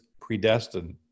predestined